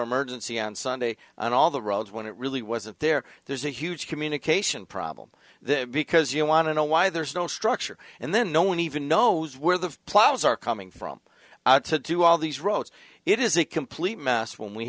emergency on sunday and all the roads when it really wasn't there there's a huge communication problem because you wanna know why there's no structure and then no one even knows where the plows are coming from to do all these roads it is a complete mess when we